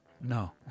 no